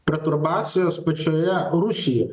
perturbacijos pačioje rusijoje